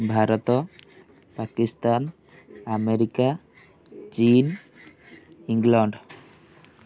Bharat Pakistan America ଚୀନ୍ England